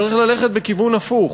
צריך ללכת בכיוון הפוך,